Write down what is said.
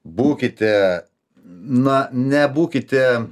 būkite na nebūkite